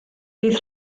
bydd